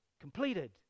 completed